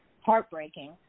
heartbreaking